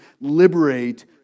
liberate